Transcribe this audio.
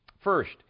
First